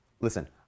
Listen